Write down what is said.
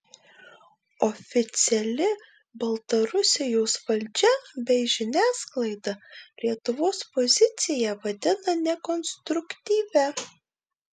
oficiali baltarusijos valdžia bei žiniasklaida lietuvos poziciją vadina nekonstruktyvia